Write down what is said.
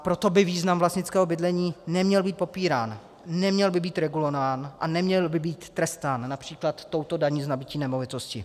Proto by význam vlastnického bydlení neměl být popírán, neměl by být regulován a neměl by být trestán například touto daní z nabytí nemovitosti.